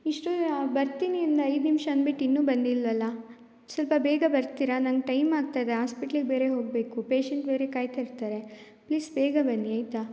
ಇಸ್ಟೊ ಆ ಬರ್ತೀನಿ ಇನ್ನು ಐದು ನಿಮಿಷ ಅಂದ್ಬಿಟ್ಟು ಇನ್ನು ಬಂದಿಲ್ವಲ್ಲ ಸ್ವಲ್ಪ ಬೇಗ ಬರ್ತೀರಾ ನಂಗೆ ಟೈಮ್ ಆಗ್ತಾಯಿದೆ ಹಾಸ್ಪಿಟ್ಲಿಗೆ ಬೇರೆ ಹೊಗಬೇಕು ಪೇಷಂಟ್ ಬೇರೆ ಕಾಯ್ತಿರ್ತಾರೆ ಪ್ಲೀಸ್ ಬೇಗ ಬನ್ನಿ ಆಯಿತಾ